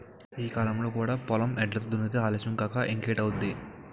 ఈ కాలంలో కూడా పొలం ఎడ్లతో దున్నితే ఆలస్యం కాక ఇంకేటౌద్ది?